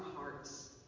hearts